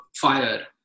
fire